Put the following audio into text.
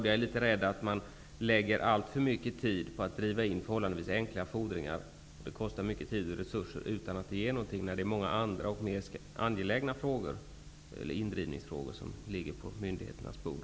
Jag är litet rädd för att man lägger ned alltför mycket tid på att driva in förhållandevis enkla fordringar, som kostar tid och resurser och som inte ger något, när det finns andra och mer angelägna indrivningsfrågor som ligger på myndigheternas bord.